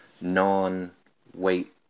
non-weight